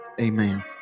Amen